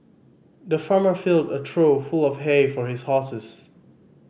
the farmer filled a trough full of hay for his horses